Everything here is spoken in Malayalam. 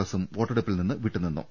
എസും വോട്ടെടുപ്പിൽ നിന്ന് വിട്ടു നിന്നു